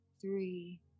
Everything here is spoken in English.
three